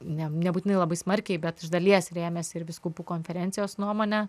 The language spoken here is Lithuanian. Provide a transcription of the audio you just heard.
ne nebūtinai labai smarkiai bet iš dalies rėmėsi ir vyskupų konferencijos nuomone